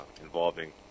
involving